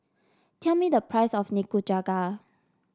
tell me the price of Nikujaga